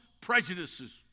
prejudices